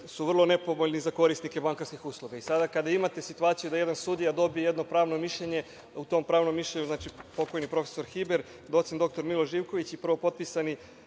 su vrlo nepovoljni za korisnike bankarskih usluga. Sada kada imate situaciju da jedan sudija dobije jedno pravno mišljenje, a u tom pravnom mišljenju pokojni profesor Hiber, docent doktor Milan Živković i potpisani